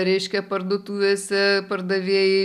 reiškia parduotuvėse pardavėjai